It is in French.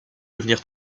devenir